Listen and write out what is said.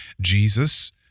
Jesus